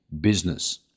business